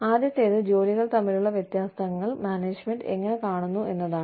ആദ്യത്തേത് ജോലികൾ തമ്മിലുള്ള വ്യത്യാസങ്ങൾ മാനേജ്മെന്റ് എങ്ങനെ കാണുന്നു എന്നതാണ്